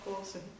awesome